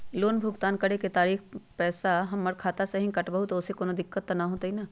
Loan भुगतान करे के खातिर पैसा हमर खाता में से ही काटबहु त ओसे कौनो दिक्कत त न होई न?